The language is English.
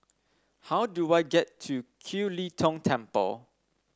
how do I get to Kiew Lee Tong Temple